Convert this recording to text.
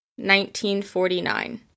1949